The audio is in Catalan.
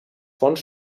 fons